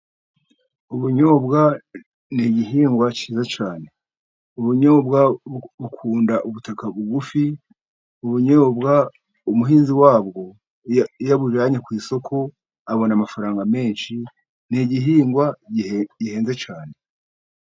Ubunyobwa ni igihingwa cyiza cyane, ubunyobwa bukunda ubutaka bugufi. Ubunyobwa umuhinzi wabwo iyo abujyanye ku isoko abona amafaranga menshi, ni igihingwa gihe gihenze cyane.